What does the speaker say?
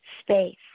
space